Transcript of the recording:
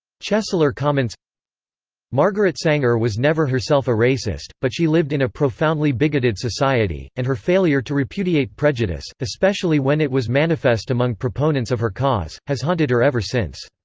chesler comments margaret sanger was never herself a racist, but she lived in a profoundly bigoted society, and her failure to repudiate prejudice especially when it was manifest among proponents of her cause has haunted her ever since.